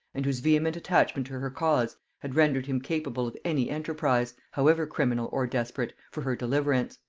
and whose vehement attachment to her cause had rendered him capable of any enterprise, however criminal or desperate, for her deliverance.